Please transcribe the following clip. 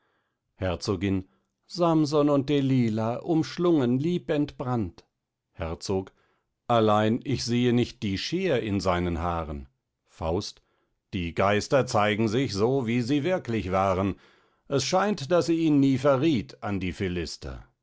herzogin samson und delila umschlungen liebentbrannt herzog allein ich sehe nicht die scher in seinen haaren faust die geister zeigen sich so wie sie wirklich waren es scheint daß sie ihn nie verrieth an die